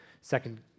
second